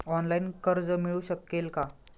Online कर्ज मिळू शकेल का?